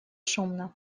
шумно